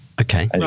okay